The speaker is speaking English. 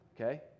Okay